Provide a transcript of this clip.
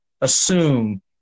assume